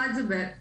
אחד זה בעצם